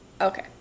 Okay